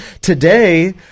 today